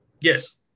Yes